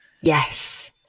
yes